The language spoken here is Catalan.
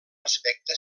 aspecte